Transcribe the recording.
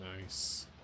Nice